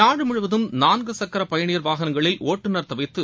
நாடு முழுவதும் நான்கு சக்கர பயணியர் வாகனங்களில் ஒட்டுநர் தவிர்த்து